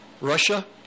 Russia